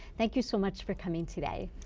thank you so much for coming today.